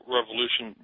Revolution